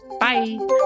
Bye